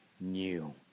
new